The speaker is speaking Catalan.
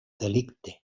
delicte